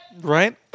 Right